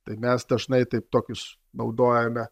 tai mes dažnai taip tokius naudojame